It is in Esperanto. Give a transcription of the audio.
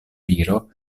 viro